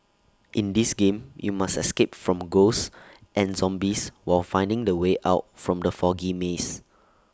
in this game you must escape from ghosts and zombies while finding the way out from the foggy maze